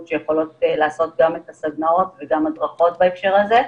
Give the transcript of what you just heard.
שיכולות לעשות גם סדנאות וגם הדרכות בהקשר הזה.